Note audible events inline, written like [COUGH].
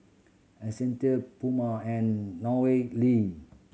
Essential Puma and [UNINTELLIGIBLE]